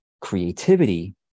creativity